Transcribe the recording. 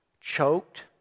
Choked